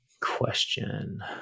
question